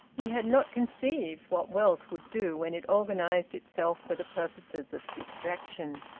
he had not conceived what wealth would do when it organised itself for the purposes of distraction.